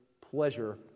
pleasure